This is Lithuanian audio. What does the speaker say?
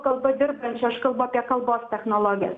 kalba dirbančių aš kalbu apie kalbos technologijas